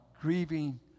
grieving